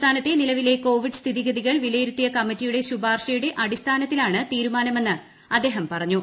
സംസ്ഥാനത്തെ നിലവിലെ കോവിഡ് സ്ഥിതിഗതികൾ വിലയിരുത്തിയ കമ്മിറ്റിയുടെ ശുപാർശയുടെ അടിസ്ഥാനത്തിലാണ് തീരുമാനമെന്ന് അദ്ദേഹം പറഞ്ഞു